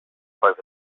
over